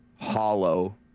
hollow